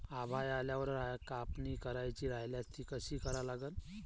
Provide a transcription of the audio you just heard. आभाळ आल्यावर कापनी करायची राह्यल्यास ती कशी करा लागन?